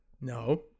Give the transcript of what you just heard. No